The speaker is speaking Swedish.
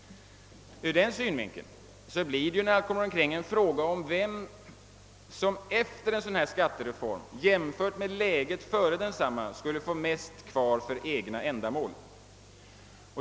Ur den synvinkeln blir det ju närmast en fråga om vem som efter en sådan skattereform jämfört med läget före densamma skulle få mest kvar för egna ändamål.